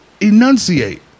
enunciate